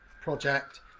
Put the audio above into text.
project